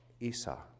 Esau